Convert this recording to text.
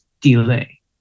delay